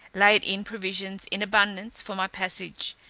laid in provisions in abundance for my passage,